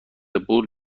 پول